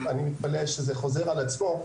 אני מתפלא שזה חוזר על עצמו,